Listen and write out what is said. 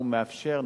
הוא מאפשר,